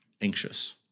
anxious